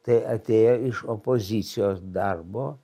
tai atėjo iš opozicijos darbo